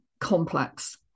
complex